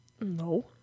No